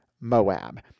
Moab